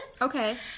Okay